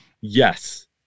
Yes